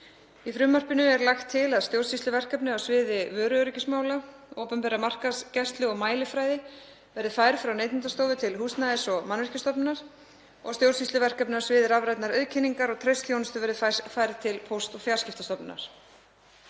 Í frumvarpinu er lagt til að stjórnsýsluverkefni á sviði vöruöryggismála, opinberrar markaðsgæslu og mælifræði verði færð frá Neytendastofu til Húsnæðis- og mannvirkjastofnunar og stjórnsýsluverkefni á sviði rafrænnar auðkenningar og traustþjónustu verði færð til Póst- og fjarskiptastofnunar.